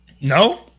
No